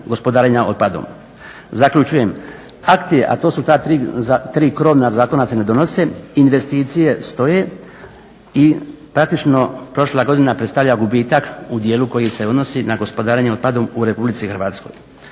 gospodarenja otpadom. Zaključujem, akti a to su ta tri krovna zakona se ne donese, investicije stoje i praktično prošla godina predstavlja gubitak u dijelu koji se odnosi na gospodarenje otpadom u RH. Što